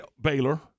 Baylor